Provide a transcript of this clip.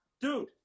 Dude